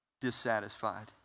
dissatisfied